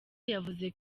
yavuze